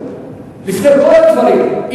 לפני כל הדברים.